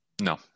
No